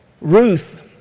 Ruth